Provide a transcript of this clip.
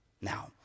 Now